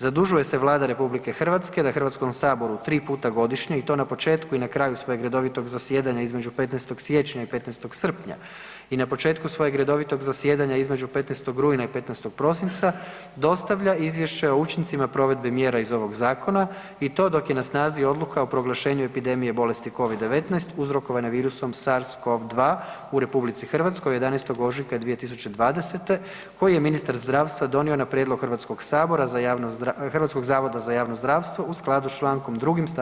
Zadužuje se Vlada RH da Hrvatskom saboru 3 puta godišnje i to na početku i na kraju svojeg redovitog zasjedanja između 15. siječnja i 15. srpnja i na početku svojeg redovitog zasjedanja između 15. rujna i 15. prosinca dostavlja izvješće o učincima provedbe mjera iz ovog zakona i to dok je na snazi Odluka po proglašenju epidemije bolesti Covid-19 uzrokovane virusom SARS-CoV-2 u RH od 11. ožujka od 2020., koju je ministar zdravstva donio na prijedlog Hrvatskog sabora, Hrvatskog zavoda za javno zdravstvo u skladu s čl. 2. st.